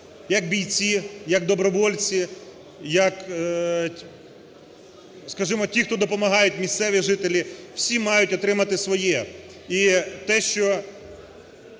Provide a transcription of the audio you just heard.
як бійці, як добровольці, як, скажімо, ті, хто допомагають, місцеві жителі, всі мають отримати своє.